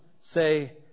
say